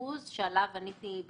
ביחס לבנקים או בכלל?